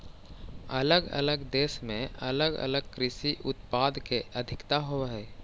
अलग अलग देश में अलग अलग कृषि उत्पाद के अधिकता होवऽ हई